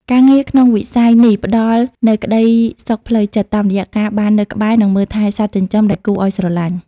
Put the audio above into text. ការងារក្នុងវិស័យនេះផ្ដល់នូវក្តីសុខផ្លូវចិត្ត តាមរយៈការបាននៅក្បែរ និងមើលថែសត្វចិញ្ចឹមដែលគួរឱ្យស្រឡាញ់។